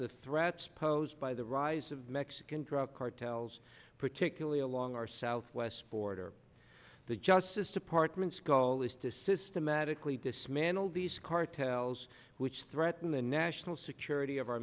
the threats posed by the rise of mexican drug cartels particularly along our southwest border the justice department's goal is to systematically dismantle these cartels which threaten the national security of our